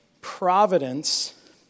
Providence